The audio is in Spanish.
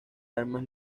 armas